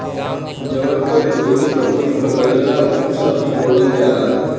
जवन कर कोई के नौकरी पर लागेला उ सब जोड़ल जाला